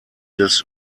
des